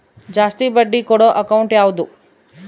ಜಾಸ್ತಿ ಬಡ್ಡಿ ಕೊಡೋ ಅಕೌಂಟ್ ಯಾವುದು?